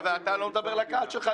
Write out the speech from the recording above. רגע, ואתה לא מדבר לקהל שלך?